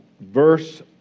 verse